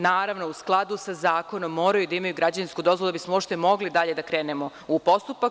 Naravno, u skladu sa zakonom, moraju da imaju građevinsku dozvolu da bismo uopšte mogli dalje da krenemo u postupak.